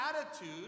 attitude